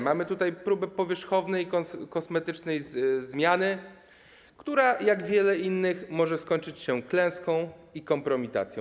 Mamy tutaj próbę dokonania powierzchownej, kosmetycznej zmiany, która, tak jak wiele innych, może skończyć się klęską i kompromitacją.